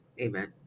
Amen